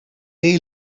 they